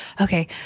okay